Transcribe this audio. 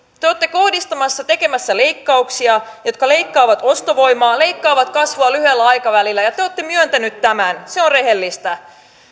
te te olette kohdistamassa tekemässä leikkauksia jotka leikkaavat ostovoimaa leikkaavat kasvua lyhyellä aikavälillä ja te olette myöntäneet tämän se on rehellistä